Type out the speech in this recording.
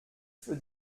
für